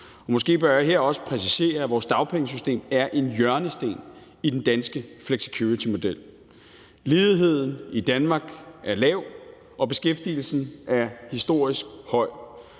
og måske bør jeg her også præcisere, at vores dagpengesystem er en hjørnesten i den danske flexicuritymodel. Ledigheden i Danmark er lav, og beskæftigelsen er historisk høj